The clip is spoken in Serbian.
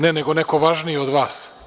Ne, nego neko važniji od vas.